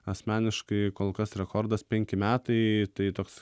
asmeniškai kol kas rekordas penki metai tai toks